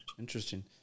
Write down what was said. Interesting